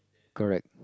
correct